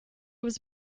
was